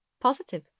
Positive